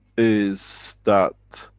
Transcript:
is that,